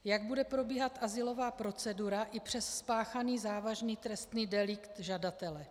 Jak bude probíhat azylová procedura i přes spáchaný závažný trestný delikt žadatele?